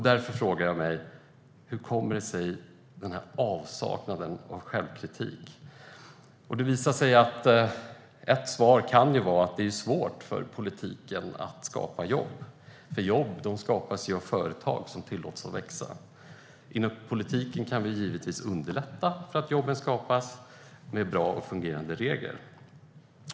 Därför frågar jag mig: Hur kommer sig den här avsaknaden av självkritik? Ett svar kan vara att det är svårt för politiken att skapa jobb. Jobb skapas ju av företag som tillåts växa. Inom politiken kan vi givetvis underlätta att jobb skapas med bra och fungerande regler.